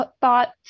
thoughts